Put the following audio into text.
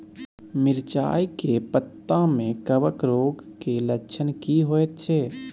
मिर्चाय के पत्ता में कवक रोग के लक्षण की होयत छै?